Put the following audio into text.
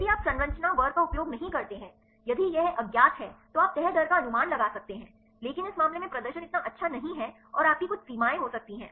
यदि आप संरचना वर्ग का उपयोग नहीं करते हैं यदि यह अज्ञात है तो आप तह दर का अनुमान लगा सकते हैं लेकिन इस मामले में प्रदर्शन इतना अच्छा नहीं है और आपकी कुछ सीमाएं हो सकती हैं